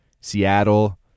Seattle